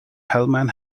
hellman